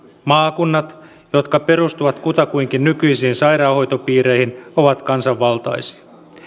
maakunnat jotka perustuvat kutakuinkin nykyisiin sairaanhoitopiireihin ovat kansanvaltaisia